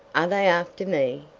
are they after me?